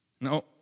No